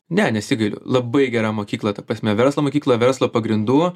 ne nesigailiu labai gera mokykla ta prasme verslo mokykla verslo pagrindų